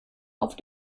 auf